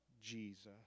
Jesus